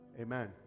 Amen